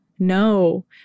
No